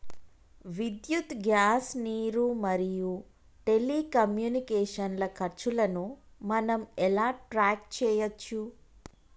విద్యుత్ గ్యాస్ నీరు మరియు టెలికమ్యూనికేషన్ల ఖర్చులను మనం ఎలా ట్రాక్ చేయచ్చు?